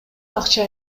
акча